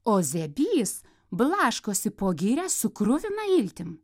o zebys blaškosi po girią su kruvina iltim